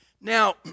Now